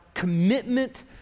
Commitment